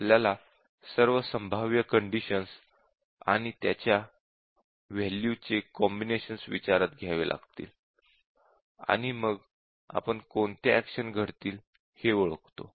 आपल्याला सर्व संभाव्य कंडिशन्स आणि त्यांच्या वॅल्यू चे कॉम्बिनेशन्स विचारात घ्यावे लागतील आणि मग आपण कोणत्या एक्शन घडतील हे ओळखतो